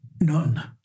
none